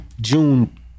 June